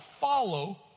follow